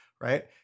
right